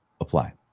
apply